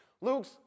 Luke's